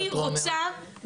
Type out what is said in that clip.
כי אני רוצה,